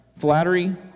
Flattery